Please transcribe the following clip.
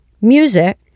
music